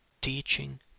teaching